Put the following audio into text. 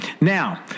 Now